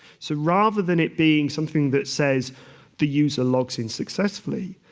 so rather than it being something that says the user logs in successfully,